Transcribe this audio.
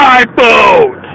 iPhone